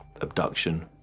abduction